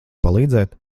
palīdzēt